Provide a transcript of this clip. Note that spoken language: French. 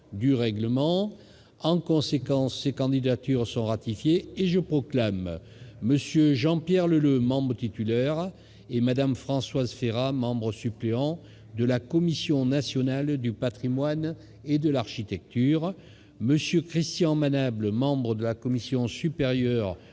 du règlement. En conséquence, ces candidatures sont ratifiées et je proclame M. Jean-Pierre Leleux membre titulaire et Mme Françoise Férat membre suppléant de la Commission nationale du patrimoine et de l'architecture, ainsi que M. Christian Manable membre de la Commission supérieure